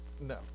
No